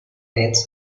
age